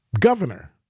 governor